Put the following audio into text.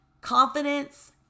confidence